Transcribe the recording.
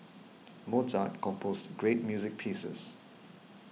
Mozart composed great music pieces